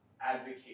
advocate